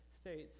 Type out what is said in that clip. States